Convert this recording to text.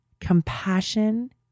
compassion